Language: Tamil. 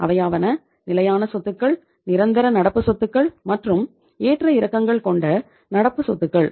அவையாவன நிலையான சொத்துக்கள் நிரந்தர நடப்பு சொத்துக்கள் மற்றும் ஏற்ற இறக்கங்கள் கொண்ட நடப்பு சொத்துக்கள்